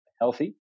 healthy